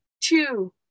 two